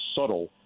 subtle